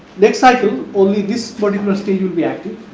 next cycle only this particular stage will be active